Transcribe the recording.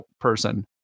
person